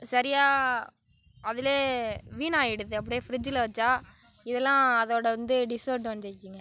சரியாக அதில் வீணாகிடுது அப்படியே ஃப்ரிட்ஜில் வெச்சால் இதெலாம் அதோடு வந்து டிஸ்அட்வான்டேஜ்ங்க